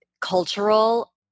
cultural